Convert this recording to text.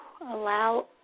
Allow